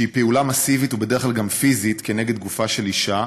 שהיא פעולה מסיבית ובדרך כלל גם פיזית נגד גופה של אישה,